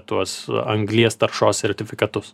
tuos anglies taršos sertifikatus